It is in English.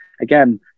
again